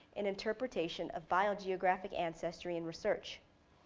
and interpretation of biogeographic ancestry and research.